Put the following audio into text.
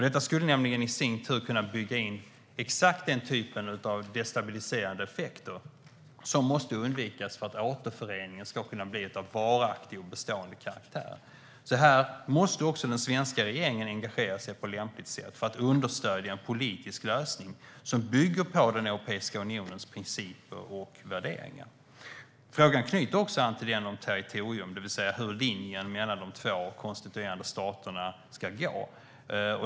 Det skulle nämligen i sin tur kunna bygga in exakt den typ av destabiliserande effekter som måste undvikas för att återföreningen ska kunna bli av varaktig och bestående karaktär. Här måste också den svenska regeringen engagera sig på lämpligt sätt för att understödja en politisk lösning som bygger på Europeiska unionens principer och värderingar. Frågan knyter också an till frågan om territorium, det vill säga hur linjen mellan de två konstituerande staterna ska gå.